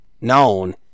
known